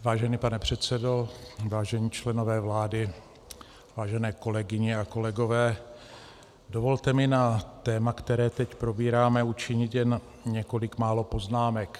Vážený pane předsedo, vážení členové vlády, vážené kolegyně a kolegové, dovolte mi na téma, které teď probíráme, učinit několik málo poznámek.